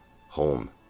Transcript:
Home